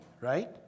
right